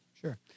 Sure